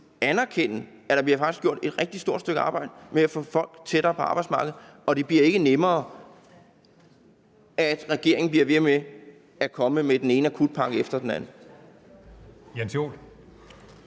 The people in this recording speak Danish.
at der faktisk bliver gjort et rigtig stort stykke arbejde med at få folk tættere på arbejdsmarkedet – og det bliver ikke nemmere af, at regeringen bliver ved med at komme med den ene akutpakke efter den anden.